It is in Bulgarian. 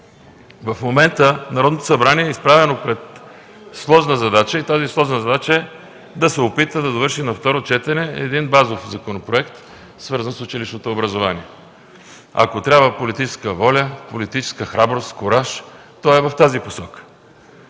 в момента Народното събрание е поставено пред сложна задача и тази сложна задача е да се опита да довърши на второ четене един базов законопроект, свързан с училищното образование. Ако трябва политическа воля, политическа храброст, кураж – то е в тази посока.